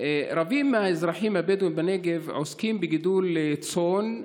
רבים מהאזרחים הבדואים בנגב עוסקים בגידול צאן,